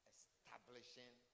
Establishing